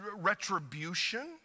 retribution